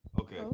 Okay